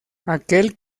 aquel